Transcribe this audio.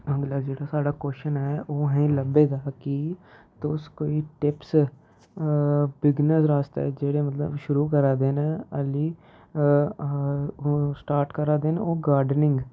अगला साढ़ा जेह्ड़ा क्वेश्चन ऐ ओह् अहें लब्भे दा कि तुस कोई टिप्स बिगनेर आस्तै जेह्ड़े मतलब शुरू करा दे न अल्ली स्टार्ट करै दे न ओह् गार्डनिंग